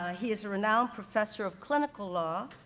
ah he is a renowned professor of clinical law.